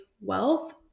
wealth